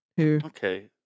Okay